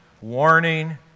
warning